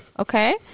Okay